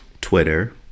Twitter